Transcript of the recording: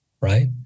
right